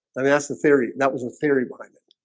let me ask the theory that was in theory blinded